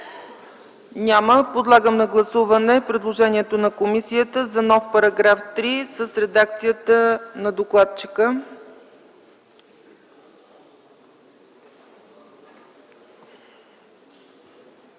Няма. Подлагам на гласуване предложението на комисията за нов § 3 с редакцията на докладчика.